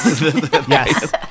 yes